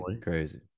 crazy